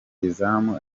izamu